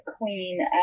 queen